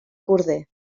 corder